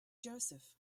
joseph